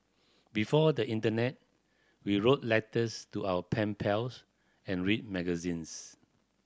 before the internet we wrote letters to our pen pals and read magazines